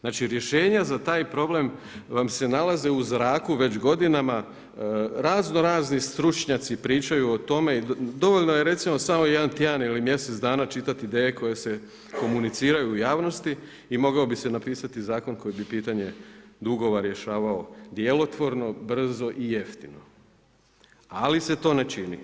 Znači rješenja za taj problem vam se nalazi u zraku već godinama, raznorazni stručnjaci pričaju o tome i dovoljno je recimo samo jedan tjedan ili mjesec dana čitati ideje koje se komuniciraju u javnosti i mogao bi se napisati zakon koji bi pitanje dugova rješavao djelotvorno, brzo i jeftino, ali se to ne čini.